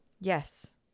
Yes